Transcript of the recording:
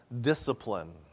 discipline